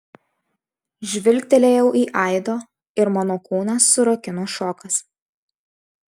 žvilgtelėjau į aido ir mano kūną surakino šokas